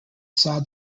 saw